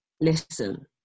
Listen